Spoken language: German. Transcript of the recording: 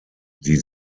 die